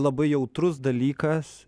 labai jautrus dalykas